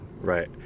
Right